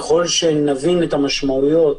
ככל שנבין את המשמעויות